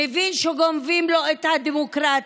מבין שגונבים לו את הדמוקרטיה,